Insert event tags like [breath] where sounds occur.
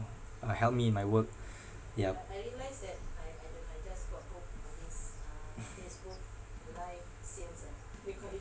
or help me in my work [breath] yup